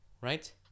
right